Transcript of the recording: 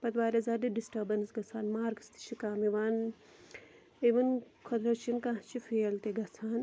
پَتہٕ واریاہ زیادٕ ڈِسٹٔربَنس گژھان مارکٕس تہِ چھِ کَم یِوان اِوٕن خۄدا رٔچھٕنۍ کانٛہہ چھِ فیل تہِ گژھان